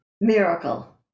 miracle